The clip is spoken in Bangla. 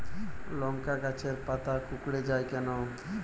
লংকা গাছের পাতা কুকড়ে যায় কেনো?